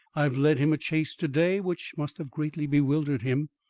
i've led him a chase to-day which must have greatly bewildered him.